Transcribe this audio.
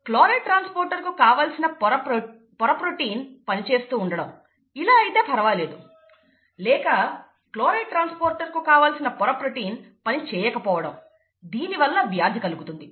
chloride transporter కు కావలసిన పోర ప్రోటీన్ పని చేస్తూ ఉండడం ఇలా అయితే పరవాలేదు లేక క్లోరైడ్ ట్రాన్స్పోర్టర్ కు కావలసిన పోర ప్రోటీన్ పని చేయకపోవడం దీనివల్ల వ్యాధి కలుగుతుంది